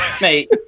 mate